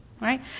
right